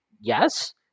yes